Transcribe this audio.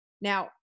Now